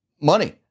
money